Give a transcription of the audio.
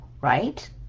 right